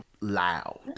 loud